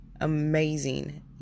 amazing